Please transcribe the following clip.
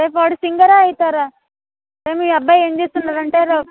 రేపు వాడు సింగర్ అవుతాడా అరే మీ అబ్బాయి ఏమి చేస్తున్నాడంటే